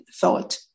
thought